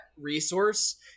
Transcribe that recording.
resource